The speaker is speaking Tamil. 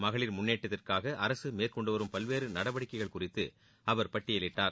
மகளிர் முன்னேற்றத்திற்காக அரசு மேற்கொண்டு வரும் பல்வேறு நடவடிக்கைகள் குறித்து அவர் பட்டியலிட்டார்